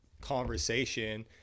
conversation